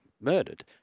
murdered